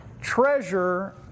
Treasure